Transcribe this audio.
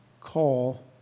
call